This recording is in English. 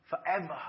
forever